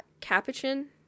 Capuchin